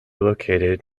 located